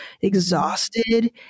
exhausted